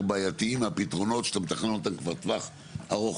בעייתיים מהפתרונות שאתה מתכנן אותם כבר טווח ארוך